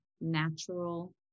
natural